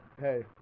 Hey